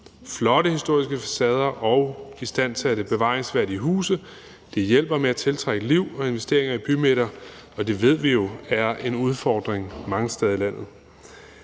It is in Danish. Flotte historiske facader og istandsatte bevaringsværdige huse hjælper med at tiltrække liv og investeringer i bymidter, og det ved vi jo er en udfordring mange steder i landet.